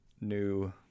new